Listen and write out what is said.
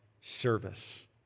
service